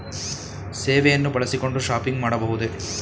ಸೇವೆಯನ್ನು ಬಳಸಿಕೊಂಡು ಶಾಪಿಂಗ್ ಮಾಡಬಹುದೇ?